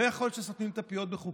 לא יכול להיות שסותמים את הפיות בחוקים,